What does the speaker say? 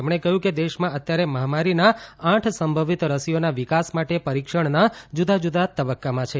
તેમણે કહ્યું કે દેશમાં અત્યારે મહામારીના આઠ સંભવિત રસીઓના વિકાસ માટે પરિક્ષણના જુદા જુદા તબ્બકામાં છે